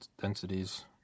densities